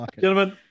Gentlemen